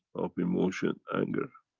of emotion, anger.